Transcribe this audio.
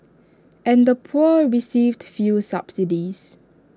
and the poor received few subsidies